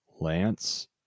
Lance